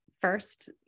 first